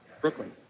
Brooklyn